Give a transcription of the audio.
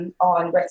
on